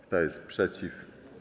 Kto jest przeciw?